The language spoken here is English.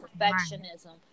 perfectionism